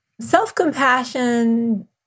Self-compassion